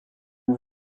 vous